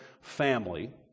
family